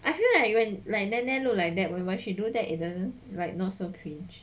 I feel like when when neh neh look like that we must she do that it doesn't like not so cringe